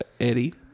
Eddie